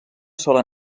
sola